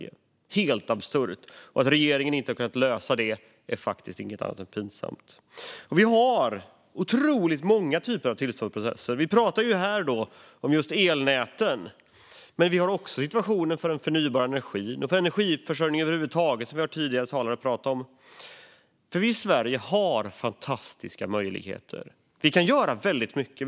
Det är helt absurt, och att regeringen inte har kunnat lösa det är faktiskt inget annat än pinsamt. Vi har otroligt många typer av tillståndsprocesser. Här pratar vi om elnäten, men vi har också processer för den förnybara energin och för energiförsörjning över huvud taget, som vi hört tidigare talare prata om. Vi har fantastiska möjligheter här i Sverige. Vi kan göra väldigt mycket.